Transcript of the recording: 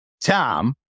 Tom